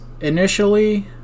initially